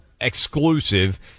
exclusive